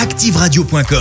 activeradio.com